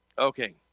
Okay